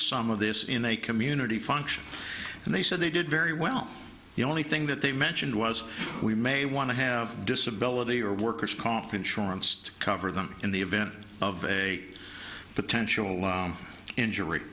some of this in a community function and they said they did very well the only thing that they mentioned was we may want to have disability or worker's comp insurance to cover them in the event of a potential injury